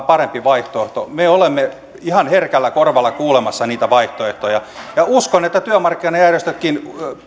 parempi vaihtoehto me olemme ihan herkällä korvalla kuulemassa niitä vaihtoehtoja ja uskon että työmarkkinajärjestötkin